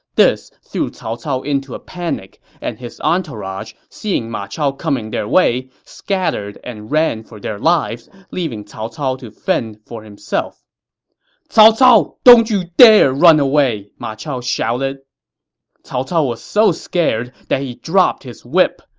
this threw cao cao into a panic, and his entourage, seeing ma chao coming their way, scattered and ran for their lives, leaving cao cao to fend for himself cao cao, don't you dare run away! ma chao shouted cao cao was so scared that he dropped his whip.